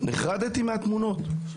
נחרדתי מהתמונות.